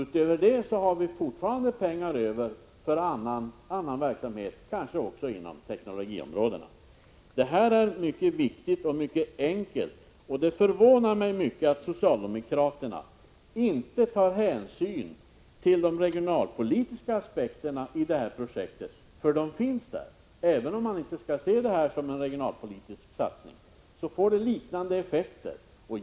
Utöver detta har man fortfarande pengar över för annan verksamhet, kanske också inom teknologiområdena. Detta är mycket viktigt, och också mycket enkelt. Det förvånar mig mycket att socialdemokraterna inte tar hänsyn till de regionalpolitiska aspekterna i detta projekt — för de finns där. Även om man inte skall se detta som en regionalpolitisk satsning, så får det dock liknande effekter.